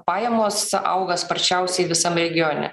pajamos auga sparčiausiai visam regione